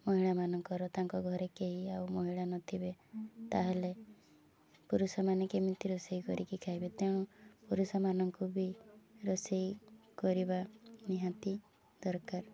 ମହିଳାମାନଙ୍କର ତାଙ୍କ ଘରେ କେହି ଆଉ ମହିଳା ନଥିବେ ତାହେଲେ ପୁରୁଷମାନେ କେମିତି ରୋଷେଇ କରିକି ଖାଇବେ ତେଣୁ ପୁରୁଷମାନଙ୍କୁ ବି ରୋଷେଇ କରିବା ନିହାତି ଦରକାର